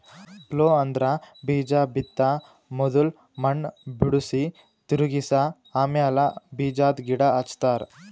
plough ಅಂದ್ರ ಬೀಜಾ ಬಿತ್ತ ಮೊದುಲ್ ಮಣ್ಣ್ ಬಿಡುಸಿ, ತಿರುಗಿಸ ಆಮ್ಯಾಲ ಬೀಜಾದ್ ಗಿಡ ಹಚ್ತಾರ